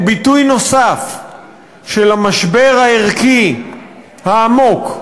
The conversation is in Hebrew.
הוא ביטוי נוסף של המשבר הערכי העמוק,